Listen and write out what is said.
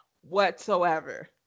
whatsoever